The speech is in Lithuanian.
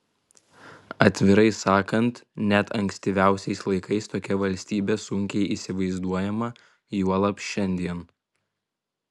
atvirai sakant net ankstyviausiais laikais tokia valstybė sunkiai įsivaizduojama juolab šiandien